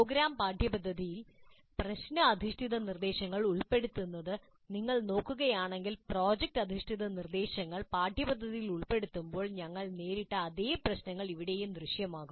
programme പാഠ്യപദ്ധതിയിൽ പ്രശ്ന അധിഷ്ഠിത നിർദ്ദേശങ്ങൾ ഉൾപ്പെടുത്തുന്നത് നിങ്ങൾ നോക്കുകയാണെങ്കിൽ പ്രോജക്റ്റ് അധിഷ്ഠിത നിർദ്ദേശങ്ങൾ പാഠ്യപദ്ധതിയിൽ ഉൾപ്പെടുത്തുമ്പോൾ ഞങ്ങൾ നേരിട്ട അതേ പ്രശ്നങ്ങൾ ഇവിടെയും ദൃശ്യമാകും